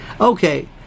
Okay